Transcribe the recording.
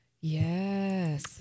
Yes